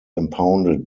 impounded